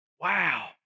Wow